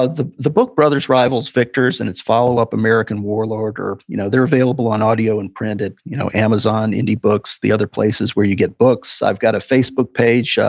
ah the the book brothers, rivals, victors, and its follow up american warlord, you know they're available on audio and print at you know amazon, indie books, the other places where you get books. i've got a facebook page, ah